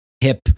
hip